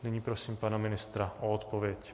Nyní prosím pana ministra o odpověď.